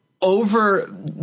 over